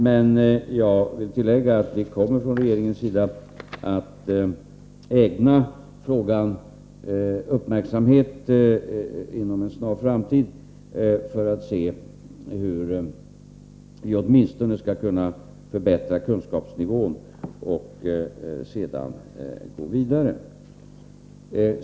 Jag vill dock tillägga att vi från regeringens sida inom en snar framtid kommer att ägna frågan uppmärksamhet för att utröna hur vi åtminstone skall kunna höja kunskapsnivån och hur vi skall gå vidare med denna fråga.